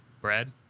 Brad